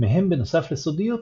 מהם בנוסף לסודיות,